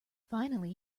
finally